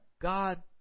God